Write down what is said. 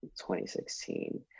2016